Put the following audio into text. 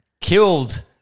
killed